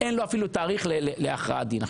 אין לו אפילו תאריך להכרעת דין.